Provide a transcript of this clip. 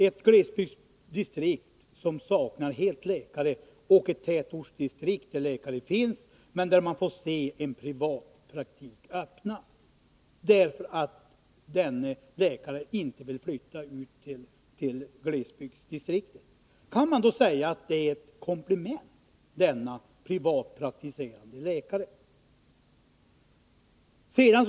Ett glesbygdsdistrikt som helt saknar läkare och ett tätortsdistrikt där läkare finns, men där man får se en privatpraktik öppnas, därför att denne läkare inte vill flytta ut till glesbygdsdistriktet. Kan man då säga att denna privatpraktiserande läkare är ett komplement?